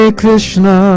Krishna